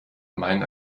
meinen